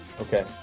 Okay